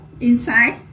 inside